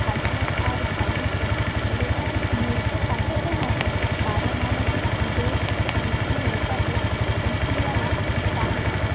ᱠᱷᱟᱴᱟᱣ ᱟᱨ ᱵᱟᱱᱤᱡᱽᱨᱮ ᱞᱮᱛᱟᱲ ᱧᱩᱨᱦᱟᱹ ᱠᱟᱛᱮᱫ ᱨᱮᱦᱚᱸ ᱯᱟᱨᱚᱢᱟᱱᱚᱵᱤᱠ ᱵᱤᱰᱟᱹᱣ ᱵᱷᱤᱛᱤᱨ ᱞᱮᱠᱟᱛᱮ ᱠᱩᱥᱤᱭᱟᱱᱟᱜ ᱛᱟᱦᱮᱸ ᱠᱟᱱᱟ